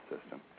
system